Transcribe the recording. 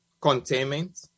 containment